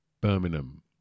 Birmingham